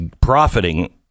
profiting